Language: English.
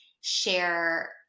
share